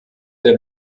der